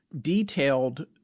detailed